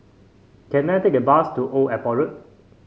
can I take a bus to Old Airport Road